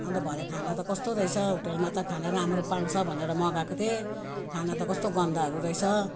अन्त भरे खाना त कस्तो रहेछ होटेलमा त खाना राम्रो पाउँछ भनेर मगाएको थिएँ खाना त कस्तो गन्दाहरू रहेछ